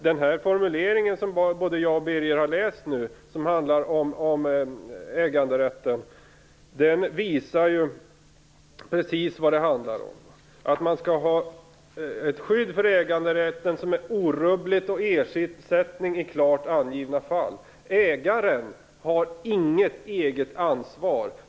Den formulering som både Birger Hagård och jag läst och som handlar om äganderätten visar precis vad det här handlar om, att man skall ha ett skydd för äganderätten som är orubblig och med full ersättning i klart angivna fall. Ägaren har inget eget ansvar.